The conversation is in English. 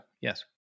Yes